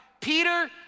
Peter